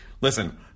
Listen